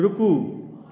रूकू